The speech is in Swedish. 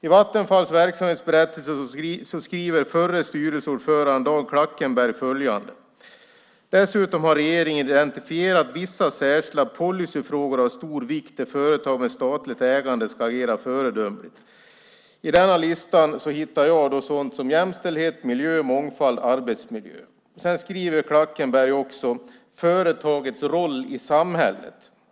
I Vattenfalls verksamhetsberättelse skriver förre styrelseordföranden Dag Klackenberg följande: "Dessutom har regeringen identifierat vissa särskilda policyfrågor av stor vikt där företag med statligt ägande ska agera föredömligt." I denna lista hittar jag sådant som jämställdhet, miljö, mångfald och arbetsmiljö. Klackenberg skriver också om företagets roll i samhället.